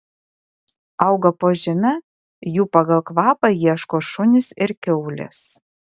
auga po žeme jų pagal kvapą ieško šunys ir kiaulės